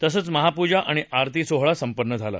तसंच महापूजा आणि आरती सोहळा संपन्न झाला